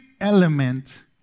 element